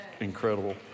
Incredible